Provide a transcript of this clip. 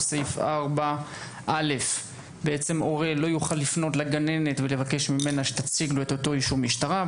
סעיף 4(א); הורה לא יוכל לפנות לגננת ולבקש ממנה שתציג לו אישור משטרה,